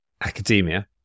academia